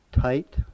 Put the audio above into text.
tight